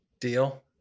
deal